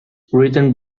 written